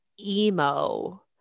emo